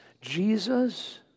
Jesus